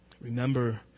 Remember